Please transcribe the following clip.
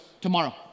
tomorrow